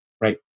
right